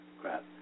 crap